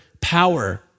power